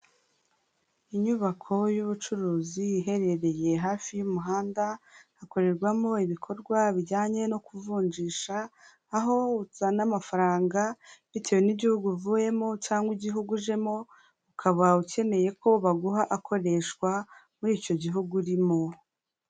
Inyubako y'ubucuruzi iherereye hafi y'umuhanda, hakorerwamo ibikorwa bijyanye no kuvunjisha aho ujyana amafaranga bitewe n'igihugu uvuyemo cyangwa igihugu ujemo ukaba ukeneye ko baguha akoreshwa muri icyo gihugu urimo.